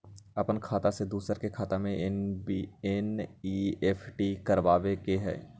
अपन खाते से दूसरा के खाता में एन.ई.एफ.टी करवावे के हई?